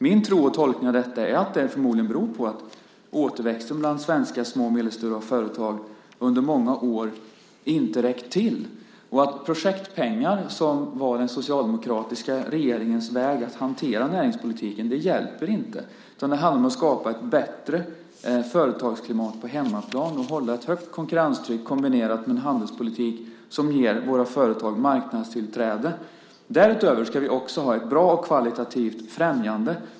Min tro och tolkning av detta är att det förmodligen beror på att återväxten bland svenska små och medelstora företag under många år inte har räckt till och att projektpengar, som var den socialdemokratiska regeringens väg att hantera näringspolitiken, inte hjälper. Det handlar om att skapa ett bättre företagsklimat på hemmaplan och hålla ett högt konkurrenstryck kombinerat med en handelspolitik som ger våra företag marknadstillträde. Därutöver ska vi också ha ett bra och kvalitativt främjande.